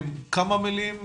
כמה מילים,